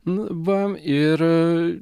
nu va ir